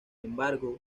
embargo